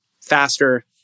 faster